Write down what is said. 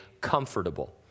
comfortable